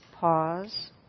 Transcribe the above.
Pause